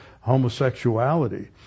homosexuality